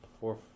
four